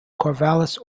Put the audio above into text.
corvallis